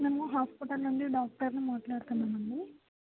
మేము హాస్పిటల్ నుండి డాక్టర్ని మాట్లాడుతున్నామండి